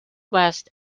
west